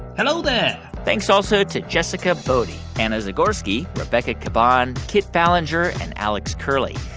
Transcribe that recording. hello there thanks also to jessica boddy, anna zagorski, rebecca caban, kit ballenger and alex curley.